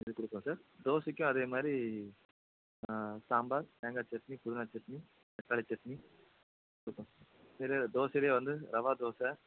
இது கொடுப்போம் சார் தோசைக்கும் அதே மாதிரி சாம்பார் தேங்காய் சட்னி புதினா சட்னி தக்காளி சட்னி கொடுப்போம் சார் இதில் தோசைலேயே வந்து ரவா தோசை